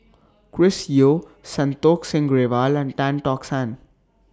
Chris Yeo Santokh Singh Grewal and Tan Tock San